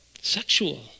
sexual